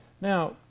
Now